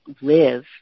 live